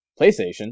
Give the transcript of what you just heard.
PlayStation